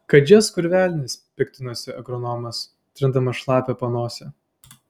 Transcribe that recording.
kad jas kur velnias piktinosi agronomas trindamas šlapią panosę